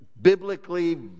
biblically